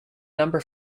number